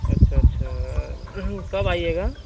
अच्छ अच्छा कब आइएगा